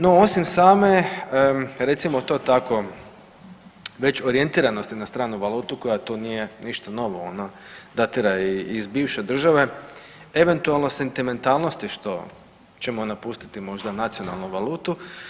No osim same recimo to tako orijentiranosti na stranu valutu koja to nije ništa novo, ona datira i iz bivše države, eventualno sentimentalnosti što ćemo napustiti možda nacionalnu valutu.